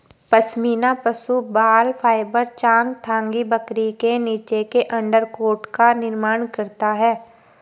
पश्मीना पशु बाल फाइबर चांगथांगी बकरी के नीचे के अंडरकोट का निर्माण करता है